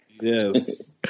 yes